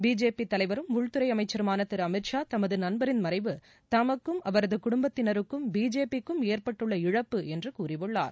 BJP தலைவரும் உள்துறை அமைச்சருமான திரு அமித் ஷா தமது நண்பரின் மறைவு தமக்கும் அவரது குடும்பத்தினருக்கும் பிஜேபிக்கும் ஏற்பட்டுள்ள இழப்பு என்று கூறியுள்ளார்